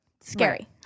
scary